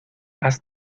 has